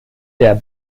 der